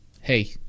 Hey